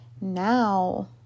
now